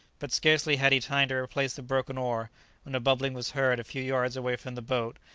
but scarcely had he time to replace the broken oar when a bubbling was heard a few yards away from the boat,